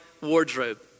wardrobe